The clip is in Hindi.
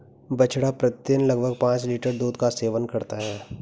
बछड़ा प्रतिदिन लगभग पांच लीटर दूध का सेवन करता है